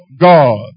God